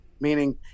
meaning